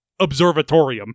observatorium